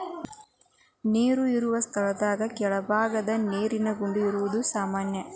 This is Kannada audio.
ನೇರ ಇರು ಸ್ಥಳದಾಗ ಕೆಳಬಾಗದ ನೇರಿನ ಗುಂಡಿ ಇರುದು ಸಾಮಾನ್ಯಾ